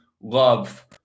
love